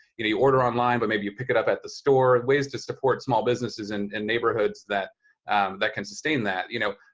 you know, you order online, but maybe you pick it up at the store. ways to support small businesses and in neighborhoods that that can sustain that. you know,